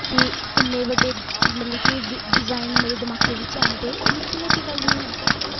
कि इ'न्ने बड्डे मतलब कि डिज़ाइन मेरे दमाका बिच्च आंदे एह् निक्की मुट्टी गल्ल निं ऐ